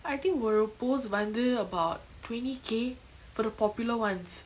I think ஒரு:oru post வந்து:vanthu about twenty K for the popular ones